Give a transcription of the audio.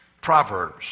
Proverbs